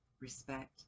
respect